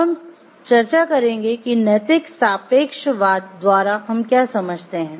अब हम चर्चा करेंगे कि नैतिक सापेक्षवाद द्वारा हम क्या समझते हैं